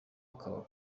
akaba